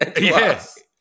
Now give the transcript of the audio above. Yes